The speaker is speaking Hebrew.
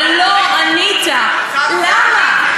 אבל לא ענית למה.